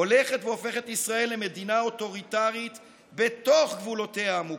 הולכת והופכת ישראל למדינה אוטוריטרית בתוך גבולותיה המוכרים,